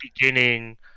beginning